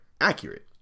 accurate